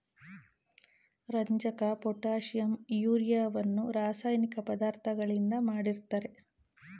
ರಂಜಕ, ಪೊಟ್ಯಾಷಿಂ, ಯೂರಿಯವನ್ನು ರಾಸಾಯನಿಕ ಪದಾರ್ಥಗಳಿಂದ ಮಾಡಿರ್ತರೆ